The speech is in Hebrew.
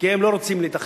כי הן לא רוצות להתאחד,